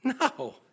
No